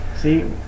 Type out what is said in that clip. See